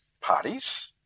parties